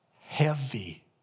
heavy